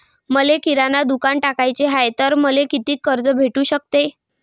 मले किराणा दुकानात टाकाचे हाय तर मले कितीक कर्ज भेटू सकते?